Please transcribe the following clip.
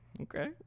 Okay